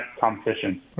competition